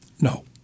No